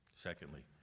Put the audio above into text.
Secondly